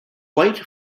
white